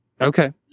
Okay